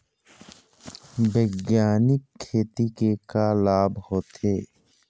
बैग्यानिक खेती के का लाभ होथे?